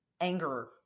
anger